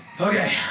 okay